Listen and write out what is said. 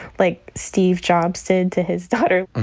like steve jobs said to his daughter.